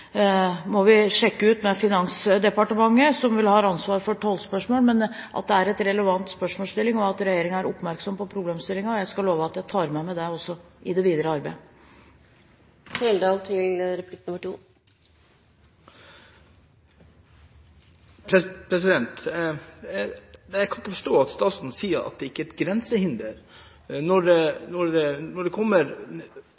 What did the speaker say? må vi sjekke ut med Finansdepartementet, som vel har ansvar for tollspørsmål. Men det er en relevant spørsmålsstilling, og regjeringen er oppmerksom på problemstillingen. Jeg skal love at jeg tar det med meg også i det videre arbeidet. Torgeir Trældal til replikk nr. 2. Jeg kan ikke forstå at statsråden sier at dette ikke er et grensehinder. Når